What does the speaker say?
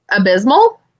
abysmal